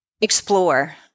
explore